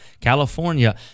California